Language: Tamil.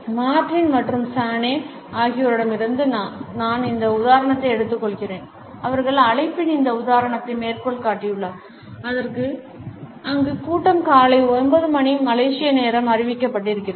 மார்ட்டின் மற்றும் சானே ஆகியோரிடமிருந்து நான் இந்த உதாரணத்தை எடுத்துக்கொள்கிறேன் அவர்கள் அழைப்பின் இந்த உதாரணத்தை மேற்கோள் காட்டியுள்ளனர் அங்கு கூட்டம் காலை 9 மணிக்கு "மலேசிய நேரம்" அறிவிக்கப்படுகிறது